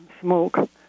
smoke